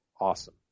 awesome